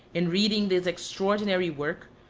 in reading this extraordinary work,